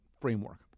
framework